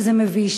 שזה מביש.